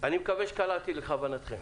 אני מקווה שקלעתי לכוונתכם